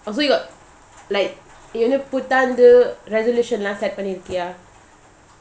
oh so you got like Puthandu resolution lah பண்ணிருக்யா:pannirukia